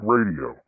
Radio